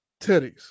titties